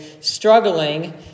struggling